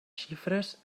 xifres